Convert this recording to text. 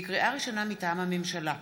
לקריאה ראשונה, מטעם הממשלה: